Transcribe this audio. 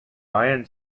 iron